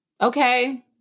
okay